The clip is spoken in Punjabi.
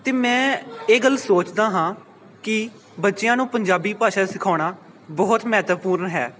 ਅਤੇ ਮੈਂ ਇਹ ਗੱਲ ਸੋਚਦਾ ਹਾਂ ਕਿ ਬੱਚਿਆਂ ਨੂੰ ਪੰਜਾਬੀ ਭਾਸ਼ਾ ਸਿਖਾਉਣਾ ਬਹੁਤ ਮਹੱਤਵਪੂਰਨ ਹੈ